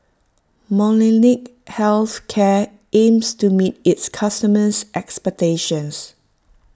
Molnylcke Health Care aims to meet its customers' expectations